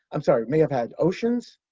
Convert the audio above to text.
i'm sorry. may have had oceans,